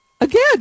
again